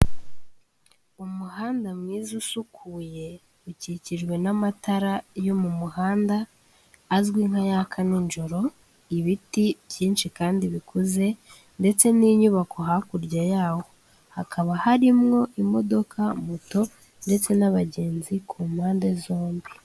Umuhanda mwiza usukuye ukikijwe n'amatara yo mu muhanda azwi nk'ayaka nijoro, ibiti byinshi kandi bikuze ndetse n'inyubako hakurya yawo, hakaba harimwo imodoka moto ndetse n'abagenzi ku mpande zombi.